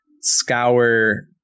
scour